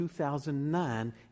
2009